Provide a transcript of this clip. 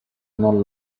non